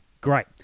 great